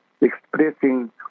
expressing